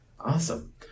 Awesome